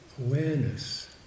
awareness